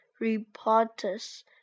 reporters